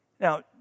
Now